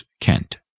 KENT